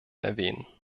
erwähnen